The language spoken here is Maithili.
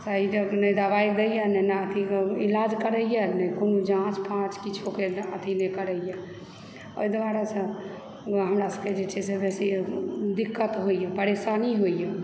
सही ढ़ंगसँ न दबाइ दयए नऽ अथी इलाज करैए नहि कोनो जाँच फाच किछु ओकर अथी नहि करैए ओहि दुआरेसँ हमरा सभकेँ जे छै से बेसी दिक्कत होइए परेशानी होइए